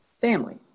family